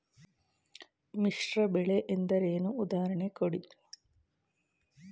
ಮಿಶ್ರ ಬೆಳೆ ಎಂದರೇನು, ಉದಾಹರಣೆ ಕೊಡಿ?